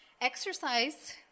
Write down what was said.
Exercise